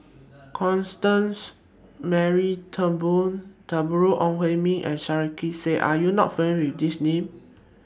Constance Mary Turnbull Deborah Ong Hui Min and Sarkasi Said Are YOU not familiar with These Names